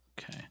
Okay